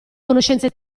conoscenze